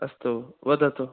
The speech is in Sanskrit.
अस्तु वदतु